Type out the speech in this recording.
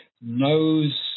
knows